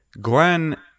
Glenn